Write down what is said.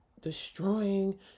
destroying